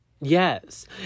Yes